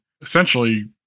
essentially